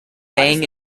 bang